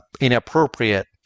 inappropriate